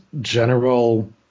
general